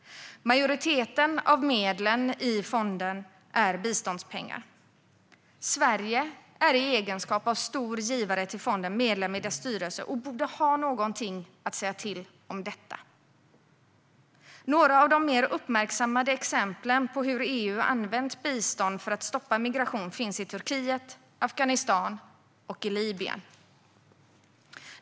Majoriteten av medlen i fonden är biståndspengar. Sverige är i egenskap av stor givare till fonden medlem i dess styrelse och borde ha någonting att säga till om detta. Några av de mer uppmärksammade exemplen på hur EU använt bistånd för att stoppa migration finns i Turkiet, Afghanistan och Libyen.